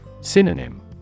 Synonym